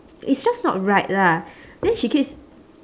it's just not right lah then she keeps